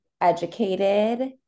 educated